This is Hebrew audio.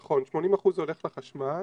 נכון, 80% הולך לחשמל,